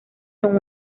son